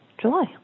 July